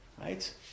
Right